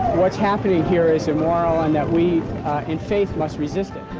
what's happening here is immoral and that we in faith must resist it.